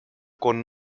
con